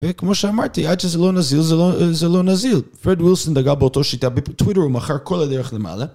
וכמו שאמרתי, עד שזה לא נזיל, זה לא נזיל. פרד ווילסון דגל באותה שיטה בטוויטר הוא מכר כל הדרך למעלה.